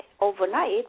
overnight